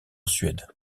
suède